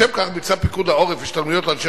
לשם כך ביצע פיקוד העורף השתלמויות לאנשי